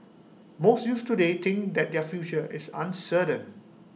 most youths today think that their future is uncertain